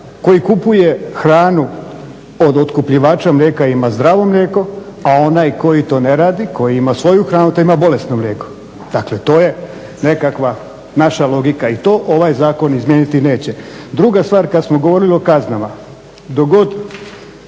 koji kupuje hranu od otkupljivača mlijeka ima zdravo mlijeko a onaj koji to ne radi, koji ima svoju hranu to ima bolesno mlijeko. Dakle, to je nekakva loša logika i to ovaj zakon izmijeniti neće. Druga stvar, kad smo govorili o kaznama, dok god